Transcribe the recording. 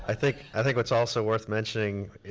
i think i think what's also worth mentioning,